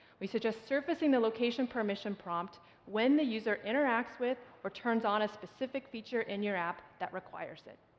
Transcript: we suggest surfacing the location permission prompt when the user interacts with, or turns on a specific feature in your app that requires it.